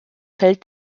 fällt